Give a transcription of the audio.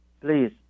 please